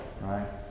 right